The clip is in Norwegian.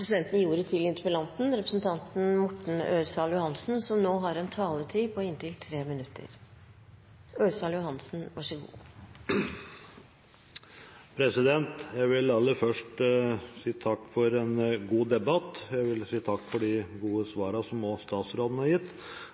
Jeg vil aller først si takk for en god debatt. Jeg vil si takk for de gode svarene som statsråden nå har gitt,